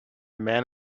man